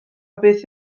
beth